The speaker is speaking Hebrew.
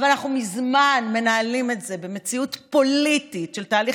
אבל אנחנו מזמן מנהלים את זה במציאות פוליטית של תהליך